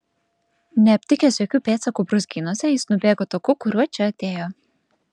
neaptikęs jokių pėdsakų brūzgynuose jis nubėgo taku kuriuo čia atėjo